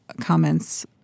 comments